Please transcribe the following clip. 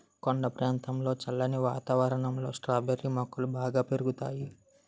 కొండ ప్రాంతంలో చల్లని వాతావరణంలో స్ట్రాబెర్రీ మొక్కలు బాగా పెరుగుతాయి